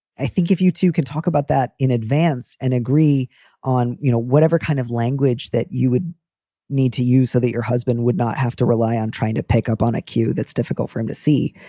i think if you two can talk about that in advance and agree on you know whatever kind of language that you would need to use so that your husband would not have to rely on trying to pick up on a cue, that's difficult for him to see.